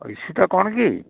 ଇସୁଟା କ'ଣ କି